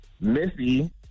Missy